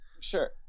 sure